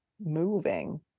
moving